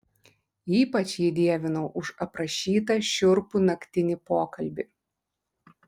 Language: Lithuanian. ypač jį dievinau už aprašytą šiurpų naktinį pokalbį